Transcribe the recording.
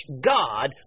God